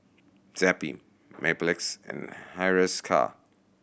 Zappy Mepilex and Hiruscar